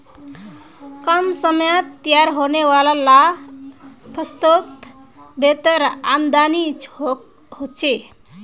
कम समयत तैयार होने वाला ला फस्लोत बेहतर आमदानी होछे